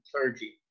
clergy